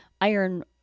Iron